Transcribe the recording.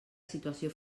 situació